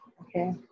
okay